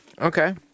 Okay